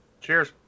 Cheers